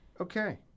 okay